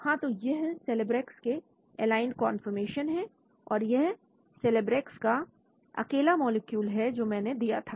हां तो यह Celebrex के एलाइंड कौनफॉरमेशन है और यह Celebrex का अकेला मॉलिक्यूल है जो मैंने दिया था